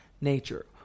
nature